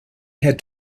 had